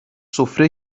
سفره